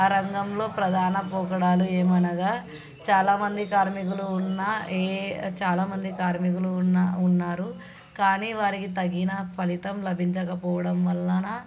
ఆ రంగంలో ప్రధాన పోకడలు ఏమనగా చాలామంది కార్మికులు ఉన్నా ఏ చాలామంది కార్మికులు ఉన్నా ఉన్నారు కానీ వారికి తగిన ఫలితం లభించకపోవడం వలన